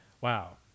wow